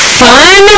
fun